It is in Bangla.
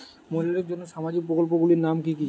মহিলাদের জন্য সামাজিক প্রকল্প গুলির নাম কি কি?